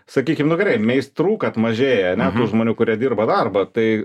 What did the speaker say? sakykim nu gerai meistrų kad mažėja ane tų žmonių kurie dirba darbą tai